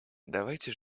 давайте